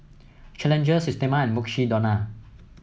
Challenger Systema and Mukshidonna